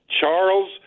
Charles